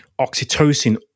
oxytocin